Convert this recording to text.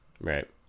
Right